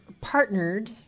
partnered